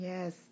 Yes